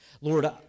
Lord